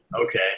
Okay